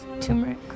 turmeric